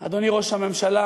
אדוני ראש הממשלה,